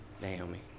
Naomi